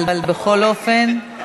אבל בכל אופן,